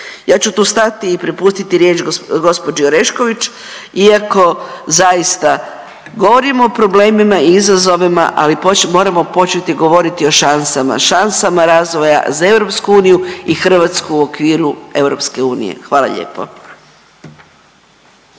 Ja ću tu stati i prepustiti riječ gđi. Orešković iako zaista govorimo o problemima i izazovima, ali moramo početi govoriti o šansama, šansama razvoja za EU i Hrvatsku u okviru EU, hvala lijepo.